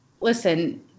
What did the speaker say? listen